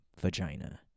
vagina